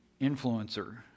influencer